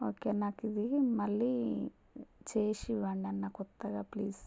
okay నాకు ఇది మళ్ళీ చేసి ఇవ్వండి అన్న కొత్తగా ప్లీస్